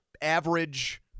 average